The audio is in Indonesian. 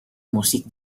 musik